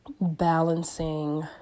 balancing